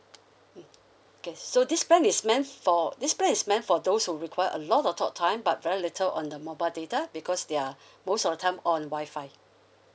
mm okay so this plan is meant for this plan is meant for those who require a lot of talk time but very little on the mobile data because they are most of time on wi-fi